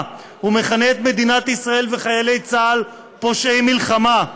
ומכנה את מדינת ישראל וחיילי צה"ל "פושעי מלחמה";